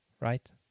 right